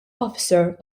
officer